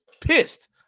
pissed